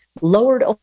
lowered